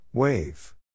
Wave